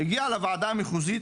הם הגיעו לוועדה המחוזית,